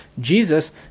Jesus